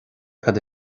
cad